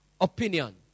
opinion